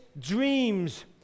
dreams